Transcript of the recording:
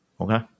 okay